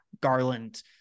Garland